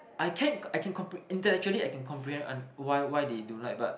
I can I can intellectually I can comprehend uh why why they don't like but